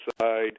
side